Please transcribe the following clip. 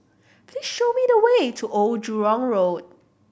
please show me the way to Old Jurong Road